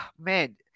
man